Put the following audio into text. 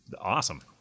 awesome